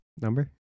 Number